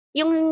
yung